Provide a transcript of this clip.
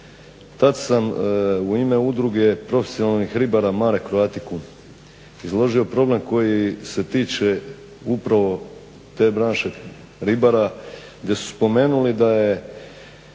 Tada sam u ime Udruge profesionalnih ribara Mare Croaticum izložio problem koji se tiče upravo te branše ribara gdje su spomenuli da je